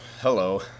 hello